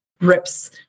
Rips